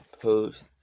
post